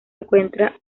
encuentra